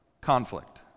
conflict